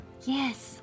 Yes